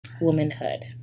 womanhood